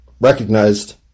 recognized